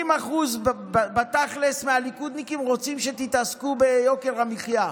80% בתכלס מהליכודניקים רוצים שתתעסקו ביוקר המחיה,